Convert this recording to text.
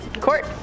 Court